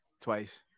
Twice